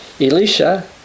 Elisha